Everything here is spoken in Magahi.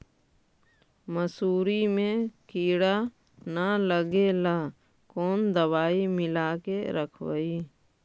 मसुरी मे किड़ा न लगे ल कोन दवाई मिला के रखबई?